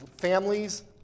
families